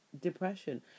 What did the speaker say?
depression